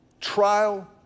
trial